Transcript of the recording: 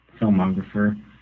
filmographer